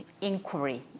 inquiry